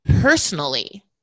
personally